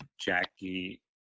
Jackie